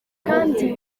kandi